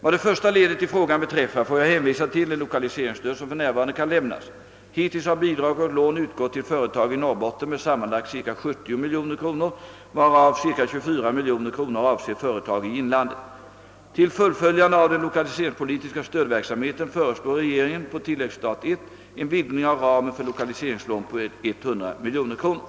Vad det första ledet i frågan beträffar får jag hänvisa till det lokaliseringsstöd som f.n. kan lämnas. Hittills har bidrag och lån utgått till företag i Norrbotten med sammanlagt cirka 70 miljoner kronor, varav cirka 24 miljoner kronor avser företag i inlandet. Till fullföljande av den lokaliseringspolitiska stödverksamheten föreslår regeringen på tilläggsstat I en vidgning av ramen för lokaliseringslån med 100 miljoner kronor.